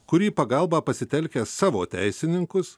kuri į pagalbą pasitelkia savo teisininkus